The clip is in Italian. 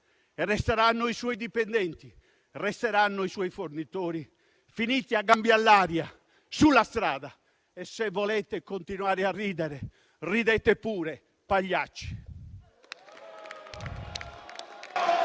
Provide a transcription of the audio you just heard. resteranno i suoi dipendenti e i suoi fornitori, finiti a gambe all'aria sulla strada. Se volete continuare a ridere, ridete pure, pagliacci!